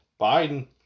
Biden